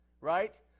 right